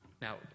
Now